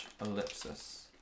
ellipsis